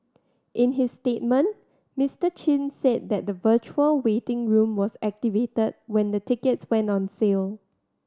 in his statement Mister Chin said that the virtual waiting room was activated when the tickets went on sale